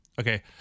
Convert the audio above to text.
Okay